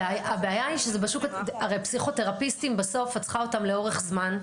הרי בסוף את צריכה פסיכותרפיסטים לאורך זמן.